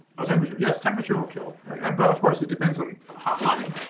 oh temperature, yes. temperature will kill, yeah but of course it depends on how high,